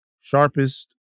sharpest